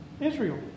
Israel